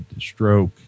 stroke